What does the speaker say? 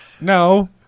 no